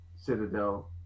citadel